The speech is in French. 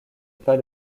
pas